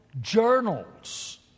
journals